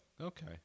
okay